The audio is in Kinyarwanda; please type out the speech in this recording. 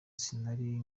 sinari